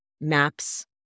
maps